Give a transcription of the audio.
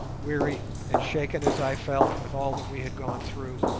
weary and shaken as i felt with all that we had gone through,